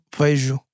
vejo